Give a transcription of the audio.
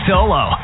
Solo